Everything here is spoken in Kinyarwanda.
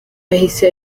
ahise